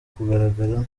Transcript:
kugaragara